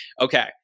Okay